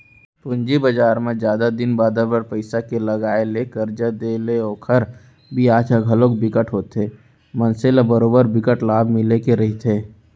पूंजी बजार म जादा दिन बादर बर पइसा के लगाय ले करजा देय ले ओखर बियाज ह घलोक बिकट होथे मनसे ल बरोबर बिकट लाभ मिले के रहिथे